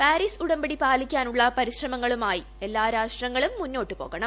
Paris ് ഉടമ്പടി പാലിക്കാനുള്ള പരിശ്രമങ്ങളുമായി എല്ലാ രാഷ്ട്രങ്ങളും മുന്നോട്ടു പോകണം